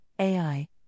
AI